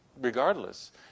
regardless